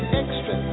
extra